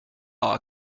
our